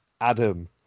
Adam